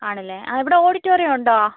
ആണ് അല്ലേ അവിടെ ഓഡിറ്റോറിയം ഉണ്ടോ